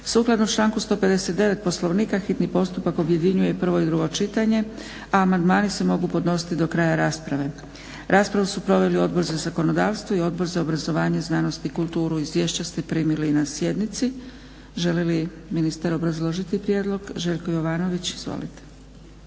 Sukladno članku 159. Poslovnika hitni postupak objedinjuje prvo i drugo čitanje a amandmani se mogu podnositi do kraja rasprave. Raspravu su proveli Odbor za zakonodavstvo i Odbor za obrazovanje, znanost i kulturu. Izvješća ste primili na sjednici. Želi li ministar obrazložiti prijedlog? Željko Jovanović izvolite.